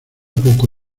poco